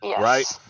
Right